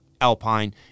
alpine